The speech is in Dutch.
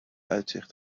uitzicht